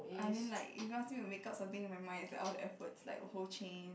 I mean like if you ask me to make up something in my mind is out of the F words like whole chain